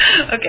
Okay